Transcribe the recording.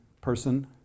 person